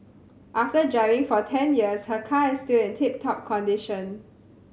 after driving for ten years her car is still in tip top condition